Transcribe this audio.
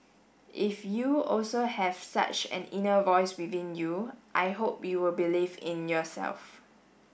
if you also have such an inner voice within you I hope you will believe in yourself